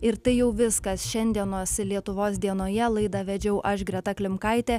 ir tai jau viskas šiandienos lietuvos dienoje laidą vedžiau aš greta klimkaitė